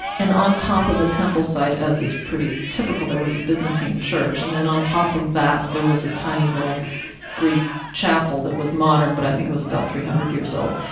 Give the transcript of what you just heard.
and on top of the temple site, as is pretty typical, there was a byzantine church. and then on top of that, there was a tiny little greek chapel that was modern, but i think it was about three hundred years old.